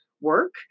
work